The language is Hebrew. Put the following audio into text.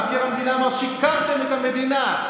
מבקר המדינה אמר: שיקרתם את המדינה,